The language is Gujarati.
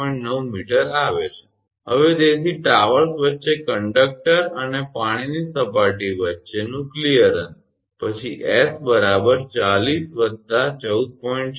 9 𝑚 આવે છે હવે તેથી ટાવર્સ વચ્ચે કંડક્ટર અને પાણીની સપાટીની વચ્ચેનું કલીયરન્સ પછી 𝑠 40 14